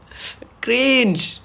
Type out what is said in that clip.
cringe